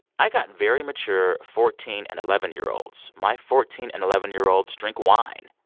i got very mature fourteen and eleven year olds. my fourteen and eleven year olds drink wine.